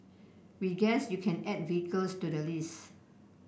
we guess you can add vehicles to the list